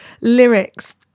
lyrics